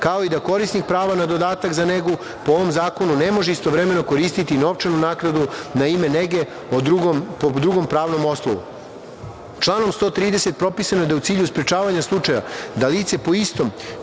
kao i da korisnik prava na dodatak za negu po ovom zakonu ne može istovremeno koristiti novčanu naknadu na ime nege po drugom pravnom osnovu. Članom 130. propisano je da u cilju sprečavanja slučaja da lice po istom